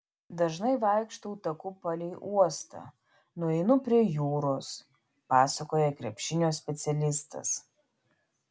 dažnai vaikštau taku palei uostą nueinu prie jūros pasakoja krepšinio specialistas